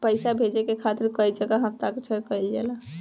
पैसा भेजे के खातिर कै जगह हस्ताक्षर कैइल जाला?